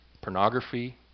pornography